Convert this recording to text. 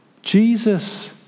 Jesus